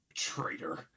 Traitor